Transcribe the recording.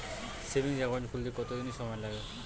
Savings account খুলতে কতদিন সময় লাগে?